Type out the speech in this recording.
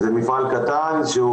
זה מפעל קטן שהוא